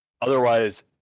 Otherwise